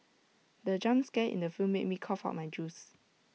the jump scare in the film made me cough out my juice